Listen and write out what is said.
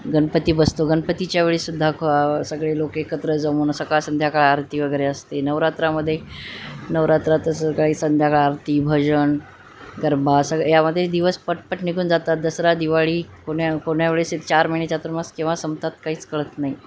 गणपती बसतो गणपतीच्या वेळीसुद्धा ख सगळे लोक एकत्र जमून सकाळ संध्याकाळ आरती वगैरे असते नवरात्रामध्ये नवरात्रात सकाळी संध्याकाळ आरती भजन गरबा सग यामध्ये दिवस पटपट निघून जातात दसरा दिवाळी कोण्या कोण्यावेळेस चार महिने चातुर्मास केव्हा संपतात काहीच कळत नाही